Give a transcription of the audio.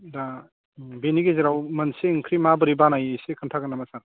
दा बेनि गेजेराव मोनसे ओंख्रि माबोरै बानायो इसे खिन्थागोन नामा सार